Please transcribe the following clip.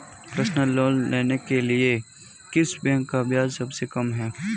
Personal loan के लिए किस बैंक का ब्याज सबसे कम है?